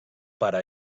pare